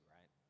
Right